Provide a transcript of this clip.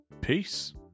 Peace